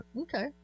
Okay